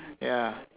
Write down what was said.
ya